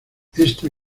esta